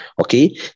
okay